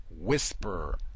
whisper